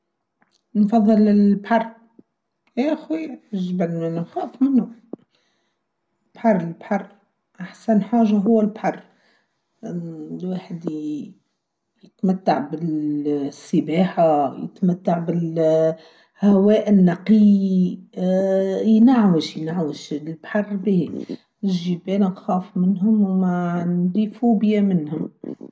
نفضل البحر ايه يا اخوي الجبال نخاف منه البحر، البحر، أحسن حاجة هو البحر الواحد يتمتع بالسباحة، يتمتع بالهواء النقي ينعوش، ينعوش، البحر بيه الجبال نخاف منهم وعندي فوبيا منها.